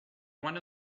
one